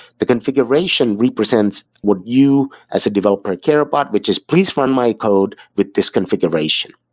the configuration represents what you as a developer care about, which is, please run my code with this configuration.